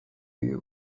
you